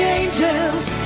angels